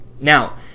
Now